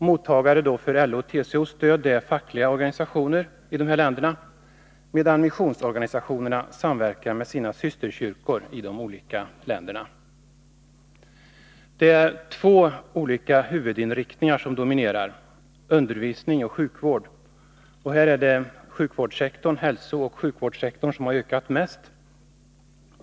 Mottagare av LO-TCO:s stöd är fackliga organisationer i de olika länderna, medan missionsorganisationerna samverkar med sina systerkyrkor. Två olika huvudinriktningar dominerar i den här verksamheten, undervisning och sjukvård. Hälsooch sjukvårdssektorn har ökat mest.